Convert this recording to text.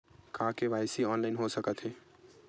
का KYC online हो सकथे?